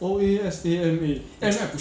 O_A S_A M_A M right